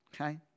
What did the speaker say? Okay